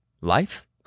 life